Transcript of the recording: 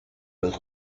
los